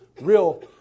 real